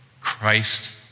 Christ